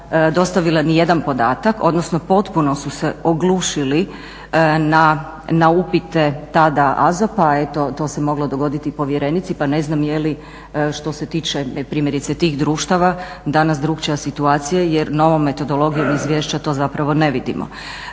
dostavila ni jedan podatak, odnosno potpuno su se oglušili na upite tada AZOP-a. Eto to se moglo dogoditi i povjerenici, pa ne znam je li što se tiče primjerice tih društava da nas drukčija situacija. Jer novom metodologijom izvješća to zapravo ne vidimo.